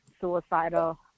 suicidal